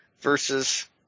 versus